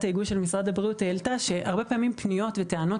ההיגוי של משרד הבריאות העלתה שהרבה פעמים פניות וטענות